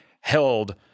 held